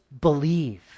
believe